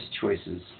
choices